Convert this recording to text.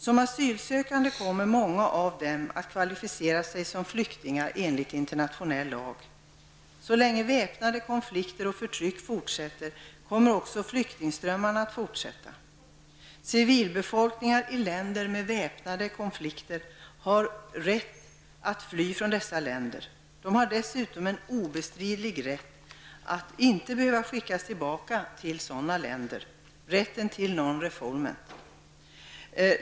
Som asylsökande kommer många av dem att kvalificera sig som flyktingar enligt internationell lag. Så länge väpnade konflikter och förtryck fortsätter kommer också flyktingströmmarna att fortsätta. Civilbefolkningen i länder som befinner sig i väpnade konflikter har rätt att fly från dessa länder. De har dessutom en obestridlig rätt att inte behöva skickas tillbaka till sådana länder -- rätten till nonrefoulment.